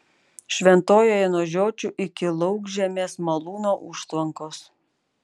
šventojoje nuo žiočių iki laukžemės malūno užtvankos